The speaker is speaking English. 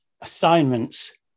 assignments